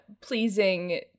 pleasing